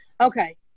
Okay